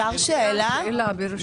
אני מבקשת לשאול שאלה.